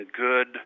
good